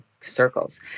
circles